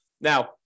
Now